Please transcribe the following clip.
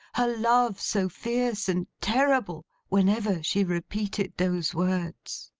her love so fierce and terrible, whenever she repeated those words?